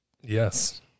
Yes